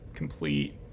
complete